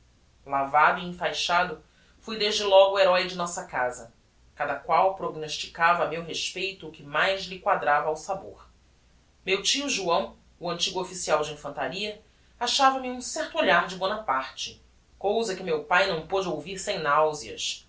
e enfaixado fui desde logo o heroe da nossa casa cada qual prognosticava a meu respeito o que mais lhe quadrava ao sabor meu tio joão o antigo official de infantaria achava-me um certo olhar de bonaparte cousa que meu pae não pôde ouvir sem